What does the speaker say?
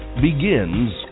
begins